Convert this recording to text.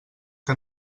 que